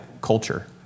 culture